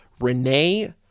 Renee